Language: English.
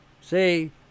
See